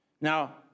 Now